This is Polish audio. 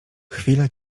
chwila